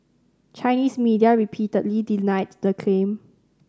Chinese media repeatedly denied the claim